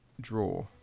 draw